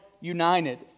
united